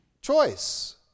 choice